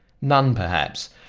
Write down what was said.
none, perhaps!